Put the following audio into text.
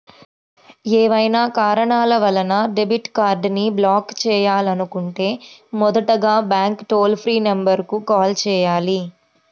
ఏవైనా కారణాల వలన డెబిట్ కార్డ్ని బ్లాక్ చేయాలనుకుంటే మొదటగా బ్యాంక్ టోల్ ఫ్రీ నెంబర్ కు కాల్ చేయాలి